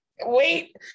wait